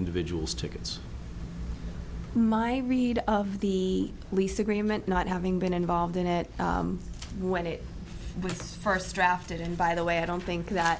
individuals tickets my read of the lease agreement not having been involved in it when it first drafted and by the way i don't think that